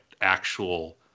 actual